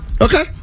Okay